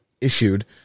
issued